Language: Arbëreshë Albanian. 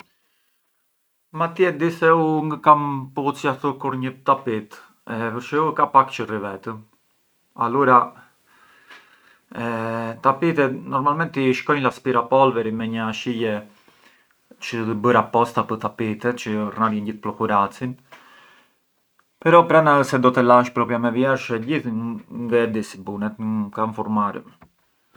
Ma ti e di se u ngë kam pulicjartur kur një tapit, përçë u ka pak çë rri vetëm, alura te tapitet normalmenti i shkonj l’aspirapolviri me një ashije çë ë bur apposta pë tapitet, sa të rnarënj gjithë pluhuracin, però na pran ë se do të e lash propriu me vjersh ngë e di si bunet, ka nfurmarem.